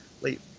late